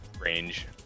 range